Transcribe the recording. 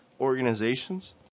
organizations